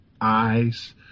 eyes